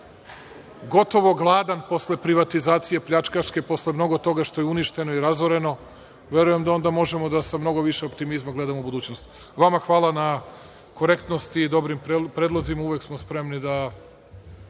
gotovo gladan posle privatizacije pljačkaške, posle mnogo toga što je uništeno i razoreno, verujem da onda možemo da sa mnogo više optimizma gledamo u budućnost. Vama hvala na korektnosti i dobrim predlozima. Uvek smo spremni da